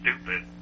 stupid